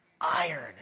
Iron